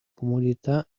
comodità